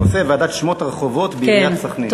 הנושא: ועדת שמות הרחובות בעיריית סח'נין.